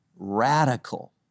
radical